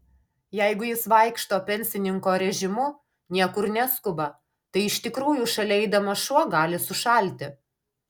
jeigu jis vaikšto pensininko režimu niekur neskuba tai iš tikrųjų šalia eidamas šuo gali sušalti